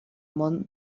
món